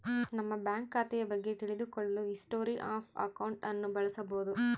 ನಮ್ಮ ಬ್ಯಾಂಕ್ ಖಾತೆಯ ಬಗ್ಗೆ ತಿಳಿದು ಕೊಳ್ಳಲು ಹಿಸ್ಟೊರಿ ಆಫ್ ಅಕೌಂಟ್ ಅನ್ನು ಬಳಸಬೋದು